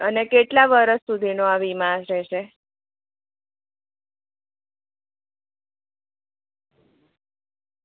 અને કેટલા વર્ષ સુધીનો આ વીમા રહેશે